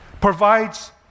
provides